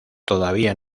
todavía